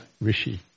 Rishi